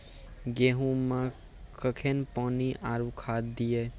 गेहूँ मे कखेन पानी आरु खाद दिये?